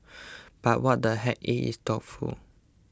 but what the heck it is thoughtful